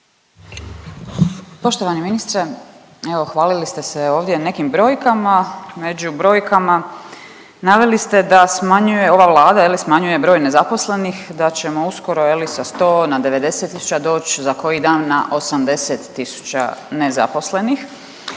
Poštovani ministre, evo hvalili ste se ovdje nekim brojkama. Među brojkama naveli ste da smanjuje ova Vlada, je li smanjuje broj nezaposlenih, da ćemo uskoro je li sa 100 na 90 000 doći za koji dan na 80 000 nezaposlenih.